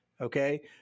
Okay